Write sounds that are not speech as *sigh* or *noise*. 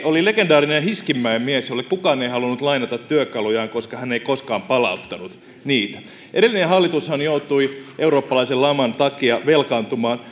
oli legendaarinen hiskinmäen mies jolle kukaan ei halunnut lainata työkalujaan koska hän ei koskaan palauttanut niitä edellinen hallitushan joutui eurooppalaisen laman takia velkaantumaan *unintelligible*